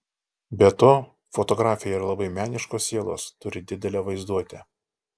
be to fotografė yra labai meniškos sielos turi didelę vaizduotę